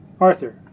Arthur